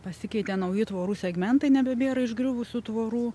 pasikeitė nauji tvorų segmentai nebebėra išgriuvusių tvorų